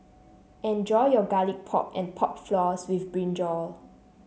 enjoy your Garlic Pork and Pork Floss with brinjal